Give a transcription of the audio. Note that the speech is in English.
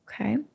okay